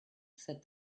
said